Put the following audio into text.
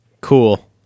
Cool